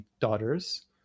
daughters